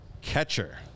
Catcher